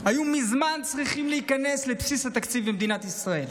היו מזמן צריכים להיכנס לבסיס התקציב במדינת ישראל,